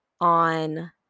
on